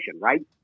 right